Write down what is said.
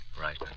right